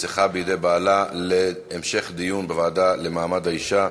נרצחה בידי בעלה, להמשך דיון בוועדה למעמד האישה.